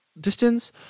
distance